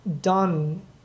done